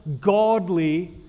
godly